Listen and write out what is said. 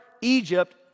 Egypt